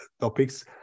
topics